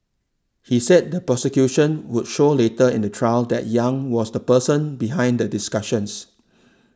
he said the prosecution would show later in the trial that Yang was the person behind the discussions